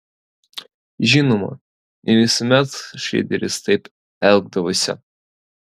žinoma ne visuomet šreideris taip elgdavosi